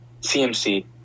CMC